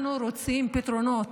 אנחנו רוצים פתרונות,